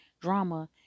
drama